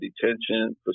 detention